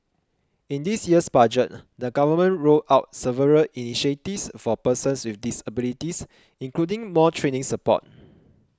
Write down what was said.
in this year's budget the government rolled out several initiatives for persons with disabilities including more training support